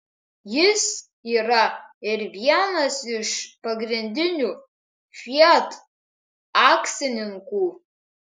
jis yra ir vienas iš pagrindinių fiat akcininkų